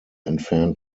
entfernt